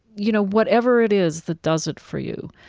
you know, whatever it is that does it for you.